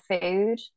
food